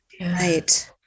Right